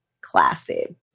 classy